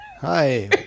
Hi